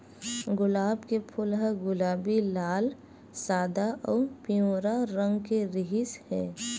गुलाब के फूल ह गुलाबी, लाल, सादा अउ पिंवरा रंग के रिहिस हे